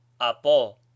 Apo